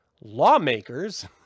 lawmakers